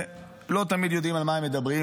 ולא תמיד יודעים על מה הם מדברים,